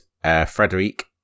Frederic